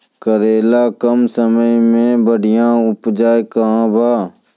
करेला कम समय मे बढ़िया उपजाई बा?